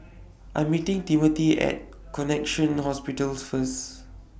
I'm meeting Timothy At Connexion Hospitals First